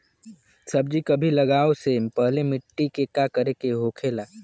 सब्जी कभी लगाओ से पहले मिट्टी के का करे के होखे ला?